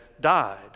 died